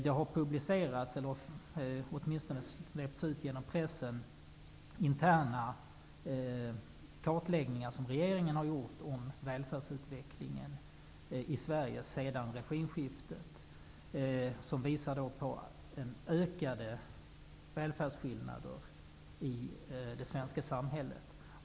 Det har i pressen redovisats interna kartläggningar som regeringen har gjort om välfärdsutvecklingen i Sverige sedan regimskiftet och som visar på ökade välfärdsskillnader i det svenska samhället.